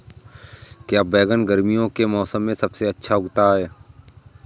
क्या बैगन गर्मियों के मौसम में सबसे अच्छा उगता है?